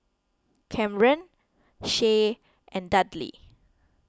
Camren Shae and Dudley